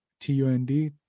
T-U-N-D